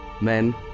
men